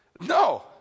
No